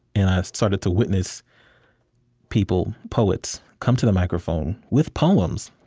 and i started to witness people, poets, come to the microphone with poems